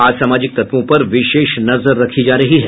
असामाजिक तत्वों पर विशेष नजर रखी जा रही है